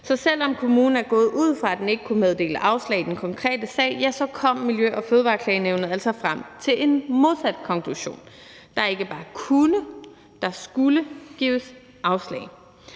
Så selv om kommunen er gået ud fra, at den ikke kunne meddele afslag i den konkrete sag, så kom Miljø- og Fødevareklagenævnet altså frem til en modsat konklusion. Der er ikke bare kunne, men der skulle gives afslag.